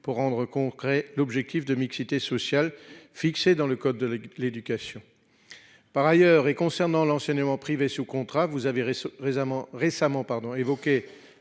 pour rendre concret. L'objectif de mixité sociale fixées dans le code de l'éducation. Par ailleurs et concernant l'enseignement privé sous contrat, vous avez récemment